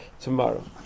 tomorrow